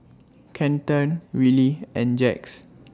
Kenton Willie and Jax